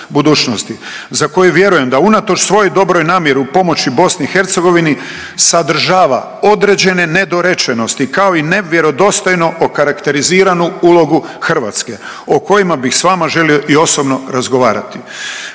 budućnosti za koju vjerujem da unatoč svoj dobroj namjeri u pomoći Bosni i Hercegovini sadržava određene nedorečenosti kao i nevjerodostojno okarakteriziranu ulogu Hrvatske o kojima bi s vama želio i osobno razgovarati.